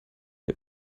der